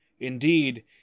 Indeed